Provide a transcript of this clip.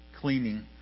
cleaning